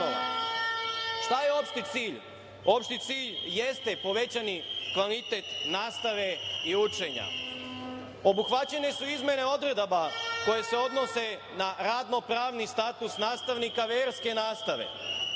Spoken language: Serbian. je opšti cilj? Opšti cilj jeste povećani kvalitet nastave i učenja. Obuhvaćene su izmene odredaba koje se odnose na radno-pravni status nastavnika verske nastave,